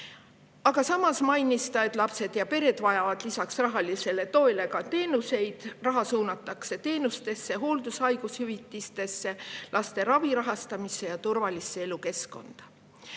Samas mainis ta, et lapsed ja pered vajavad lisaks rahalisele toele ka teenuseid: raha suunatakse teenustesse, hooldus- ja haigushüvitistesse, laste ravi rahastamisse ja turvalise elukeskkonna